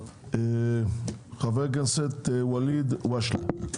חבר הכנסת ואליד אל הואשלה.